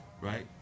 right